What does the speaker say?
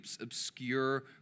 obscure